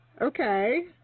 Okay